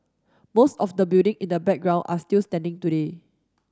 most of the building in the background are still standing today